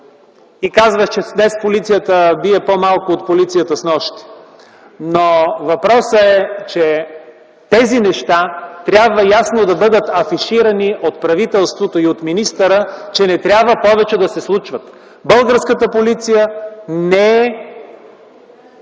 и казваш, че днес полицията бие по-малко от полицията снощи. Въпросът е, че тези неща трябва ясно да бъдат афиширани от правителството и от министъра, че не трябва повече да се случват. Българската полиция не е